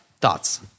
thoughts